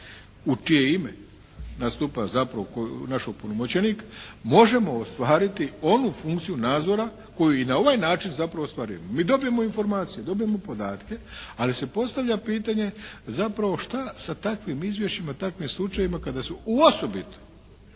u čije ime nastupa zapravo naš opunomoćenik možemo ostvariti onu funkciju nadzora koju i na ovaj način zapravo ostvarujemo. Mi dobijemo informacije, dobijemo podatke ali se postavlja pitanje zapravo šta sa takvim izvješćima, takvim slučajevima kada su osobito